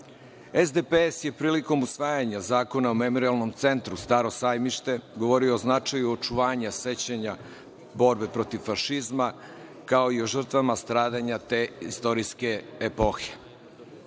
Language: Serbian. Srbije je prilikom usvajanja Zakona o Memorijalnom centru „Staro sajmište“ govorila o značaju očuvanja sećanja borbe protiv fašizma, kao i o žrtvama stradanja te istorijske epohe.